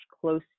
close